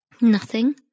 Nothing